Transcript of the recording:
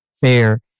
fair